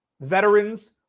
Veterans